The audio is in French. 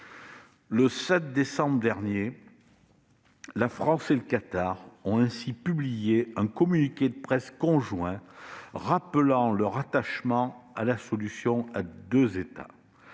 Le 7 décembre dernier, la France et le Qatar ont ainsi publié un communiqué de presse conjoint rappelant leur attachement à la solution à deux États.